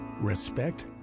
Respect